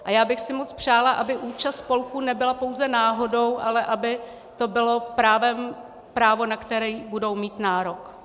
A já bych si moc přála, aby účast spolků nebyla pouze náhodou, ale aby to bylo právo, na které budou mít nárok.